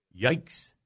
yikes